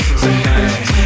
Tonight